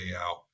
out